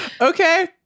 Okay